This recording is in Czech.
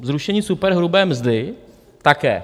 Zrušení superhrubé mzdy také.